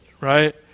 right